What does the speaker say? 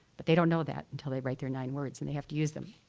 but they don't know that until they write their nine words, and they have to use them.